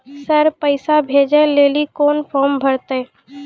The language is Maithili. सर पैसा भेजै लेली कोन फॉर्म भरे परतै?